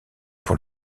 pour